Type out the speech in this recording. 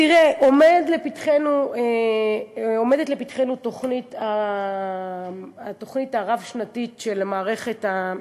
תראה, עומדת לפתחנו התוכנית הרב-שנתית של מערכת,